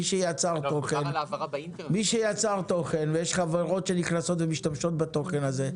ממי שיצר תוכן ויש חברות שנכנסות ומשתמשות בתוכן הזה,